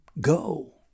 go